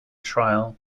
trial